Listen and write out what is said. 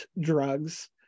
drugs